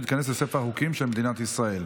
וייכנס לספר החוקים של מדינת ישראל.